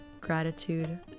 gratitude